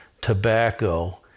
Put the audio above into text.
tobacco